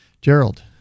Gerald